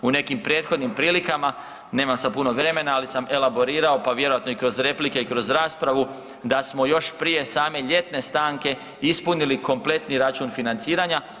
U nekim prethodnim prilikama, nemam sad puno vremena, ali sam elaborirao, pa vjerojatno i kroz replike i kroz raspravu da smo još prije same ljetne stanke ispunili kompletni račun financiranja.